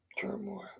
turmoil